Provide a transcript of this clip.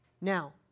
Now